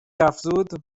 افزود